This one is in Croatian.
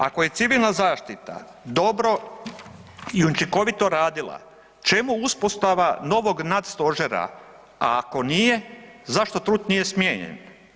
Ako je civilna zaštita dobro i učinkovito radila, čemu uspostava novog nadstožera, a ako nije zašto Trut nije smijenjen?